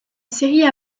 série